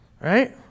Right